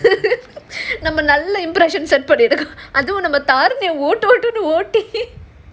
நம்ம நல்ல:namma nalla impression set பண்ணிட்டோம் அதுவும் நாம:pannitom adhuvum naama tharani யை ஒட்டு ஓட்டுனு ஓட்டி:yai otu otunu oti